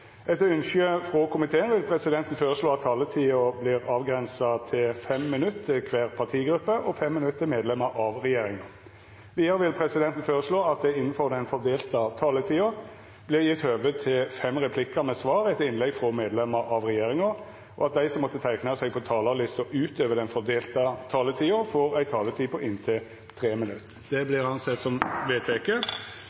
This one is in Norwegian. Etter ønske frå justiskomiteen vil presidenten føreslå at taletida vert avgrensa til 5 minutt til kvar partigruppe og 5 minutt til medlemer av regjeringa. Vidare vil presidenten føreslå at det – innanfor den fordelte taletida – vert gjeve høve til fem replikkar med svar etter innlegg frå medlemer av regjeringa, og at dei som måtte teikna seg på talarlista utover den fordelte taletida, får ei taletid på inntil 3 minutt. – Det